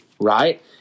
right